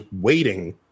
waiting